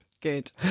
Good